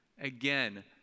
Again